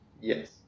Yes